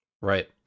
Right